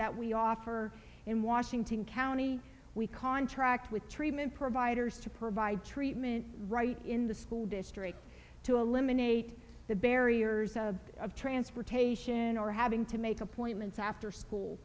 that we offer in washington county we contract with treatment providers to provide treatment right in the school district to eliminate the barriers of of transportation or having to make appointments after school